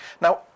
Now